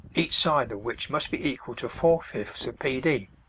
each side of which must be equal to four-fifths of p d.